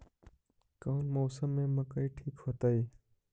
कौन मौसम में मकई ठिक होतइ?